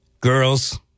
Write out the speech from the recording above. Girls